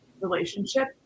relationship